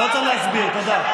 לא צריך להסביר, תודה.